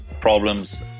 problems